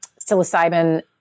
psilocybin